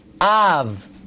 Av